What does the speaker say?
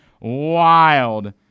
Wild